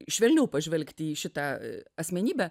švelniau pažvelgti į šitą asmenybę